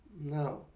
No